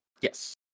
Yes